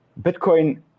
Bitcoin